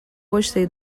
gostei